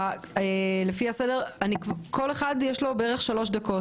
לכל אחד יש בערך שלוש דקות.